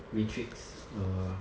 matrix err